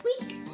week